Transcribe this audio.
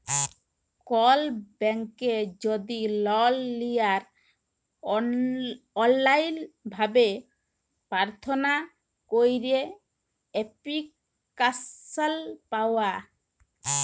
call ব্যাংকে যদি লল লিয়ার অললাইল ভাবে পার্থনা ক্যইরে এপ্লিক্যাসল পাউয়া